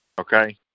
okay